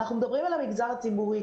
אנחנו מדברים על המגזר הציבורי.